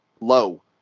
low